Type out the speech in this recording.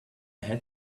had